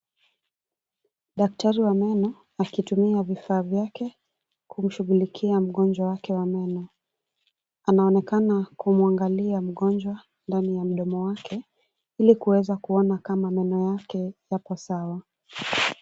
Daktari wa meno, akitumia vifaa vyake, kumshughulikia mgonjwa wake wa meno. Anaonekana, kumuangalia mgonjwa, ndani ya mdomo wake, ilikuweza kuona kama meno yake, yapo sawa.